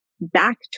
back